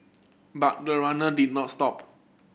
but the runner did not stop